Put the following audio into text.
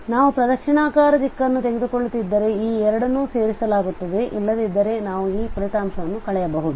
ನಾವು ಪ್ರದಕ್ಷಿಣಾಕಾರ ದಿಕ್ಕನ್ನು ತೆಗೆದುಕೊಳ್ಳುತ್ತಿದ್ದರೆ ಈ ಎರಡನ್ನೂ ಸೇರಿಸಲಾಗುತ್ತದೆ ಇಲ್ಲದಿದ್ದರೆ ನಾವು ಈ ಫಲಿತಾಂಶಗಳನ್ನು ಕಳೆಯಬಹುದು